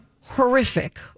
horrific